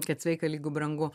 kad sveika lygu brangu